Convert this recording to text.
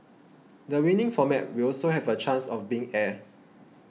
the winning format will also have a chance of being aired